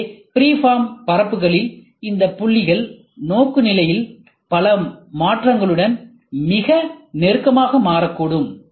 எனவே ஃப்ரீஃபார்ம் பரப்புகளில் இந்த புள்ளிகள் நோக்குநிலையின் பல மாற்றங்களுடன் மிக நெருக்கமாக மாறக்கூடும்